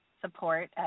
support